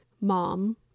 mom